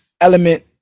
element